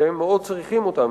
הם מאוד צריכים אותם,